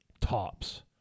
tops